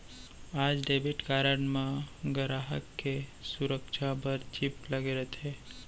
आज debit card म गराहक के सुरक्छा बर चिप लगे रथे